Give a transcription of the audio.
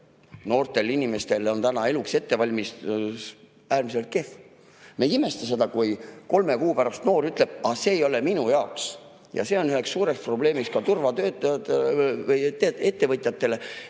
noortel inimestel on eluks ettevalmistus äärmiselt kehv. Ma ei imesta, kui kolme kuu pärast noor ütleb: "Aga see ei ole minu jaoks." See on aga suureks probleemiks ka turvaettevõtjatele,